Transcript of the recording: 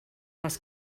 les